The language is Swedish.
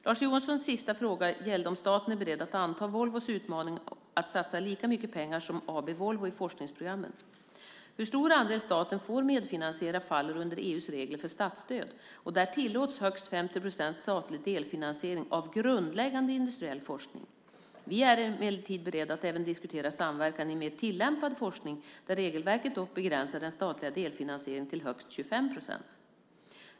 Lars Johanssons sista fråga gällde om staten är beredd att anta AB Volvos utmaning att satsa lika mycket pengar som AB Volvo i forskningsprogrammen. Hur stor andel staten får medfinansiera faller under EU:s regler för statsstöd, och där tillåts högst 50 procent statlig delfinansiering av grundläggande industriell forskning. Vi är emellertid beredda att även diskutera samverkan i mer tillämpad forskning, där regelverket dock begränsar den statliga delfinansieringen till högst 25 procent.